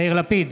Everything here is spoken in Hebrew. יאיר לפיד,